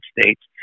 states